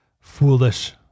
foolish